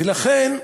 ולכן,